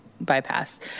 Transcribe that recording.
bypass